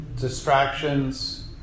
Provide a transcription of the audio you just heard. distractions